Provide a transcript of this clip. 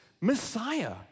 Messiah